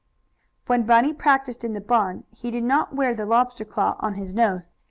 when bunny practised in the barn he did not wear the lobster claw on his nose,